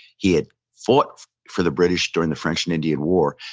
he had fought for the british during the french and indian war.